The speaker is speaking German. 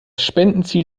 spendenziel